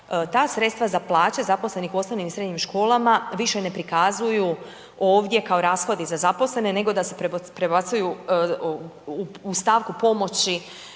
ta sredstva za plaće zaposlenih u osnovnim i srednjim školama više ne prikazuju ovdje kao rashodi za zaposlene nego da se prebacuju u stavku pomoći